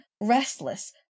restless